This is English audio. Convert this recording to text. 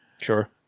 Sure